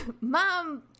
Mom